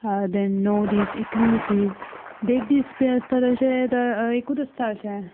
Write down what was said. देन णव दीस एकवीस दीस देड दीस बी आसता तांचे एकूच आसता अशें